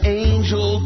angel